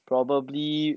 probably